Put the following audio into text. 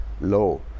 low